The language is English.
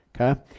okay